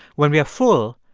when we are full,